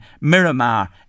Miramar